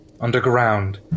underground